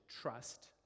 trust